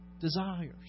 desires